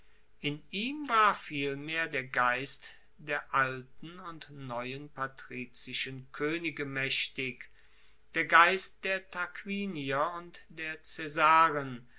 in ihm war vielmehr der geist der alten und neuen patrizischen koenige maechtig der geist der tarquinier und der